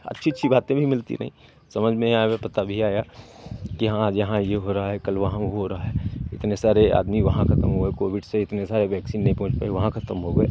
अच्छी अच्छी बातें भी मिलती रही समझ में आ गया पता तभी आया कि हाँ जहाँ ये हो रहा है कल वहाँ वो रहा है इतने सारे आदमी वहाँ खतम हुए कोविड से इतने सारे वेक्सीन नहीं पहुँच पाई वहाँ खतम हो गए